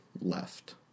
left